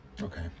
okay